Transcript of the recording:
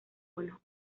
buenos